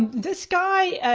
this guy,